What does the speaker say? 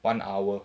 one hour